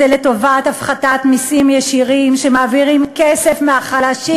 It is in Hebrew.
זה לטובת הפחתת מסים ישירים שמעבירים כסף מהחלשים